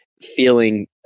feeling